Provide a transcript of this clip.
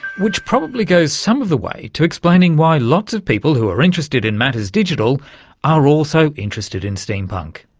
which probably goes some of the way to explaining why lots of people who are interested in matters digital are also interested in steampunk.